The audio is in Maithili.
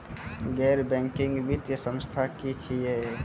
गैर बैंकिंग वित्तीय संस्था की छियै?